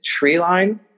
treeline